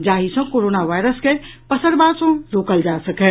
जाही सँ coronavirus के पसरबा सँ रोकल जा सकय